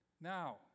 now